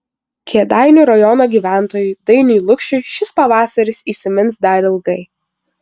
kėdainių rajono gyventojui dainiui lukšiui šis pavasaris įsimins dar ilgai